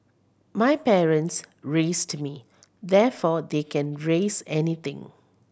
my parents raised me therefore they can raise anything